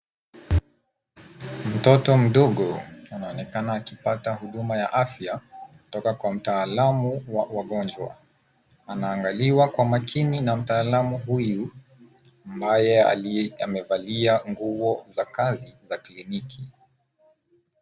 Mtoto mdogo anaonekana akipata huduma ya afya kutoka kwa mtaalamu wa wagonjwa. Anaangaliwa kwa makini na mtaalamu huyu ambaye amevalia nguo za kazi za kliniki.